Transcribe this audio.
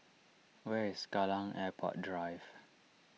where is Kallang Airport Drive